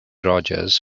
rogers